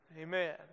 Amen